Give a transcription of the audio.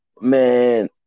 man